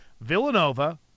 Villanova